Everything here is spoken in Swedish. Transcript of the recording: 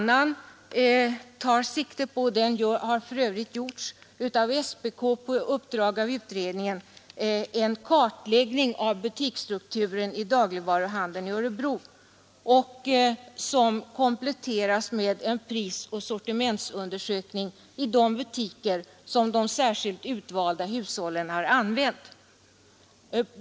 Samtidigt har SPK på uppdrag av utredningen utfört en kartläggning av butiksstrukturen i dagligvaruhandeln i Örebro, som kompletterats med prisoch sortimentsundersökningar i de butiker som de särskilt utvalda hushållen använt.